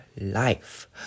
life